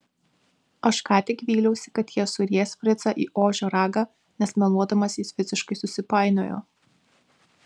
aš ką tik vyliausi kad jie suries fricą į ožio ragą nes meluodamas jis visiškai susipainiojo